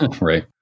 Right